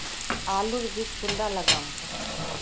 आलूर बीज कुंडा लगाम?